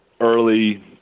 early